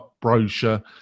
brochure